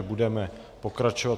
Budeme pokračovat.